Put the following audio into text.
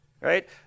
right